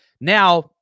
Now